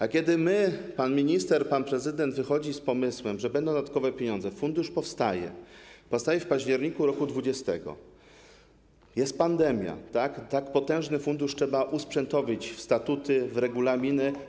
A kiedy my, pan minister, pan prezydent wychodzimy z pomysłem, że będą dodatkowe pieniądze, fundusz powstaje, powstaje w październiku roku 2020, jest pandemia, a tak potężny fundusz trzeba usprzętowić w statuty, w regulaminy.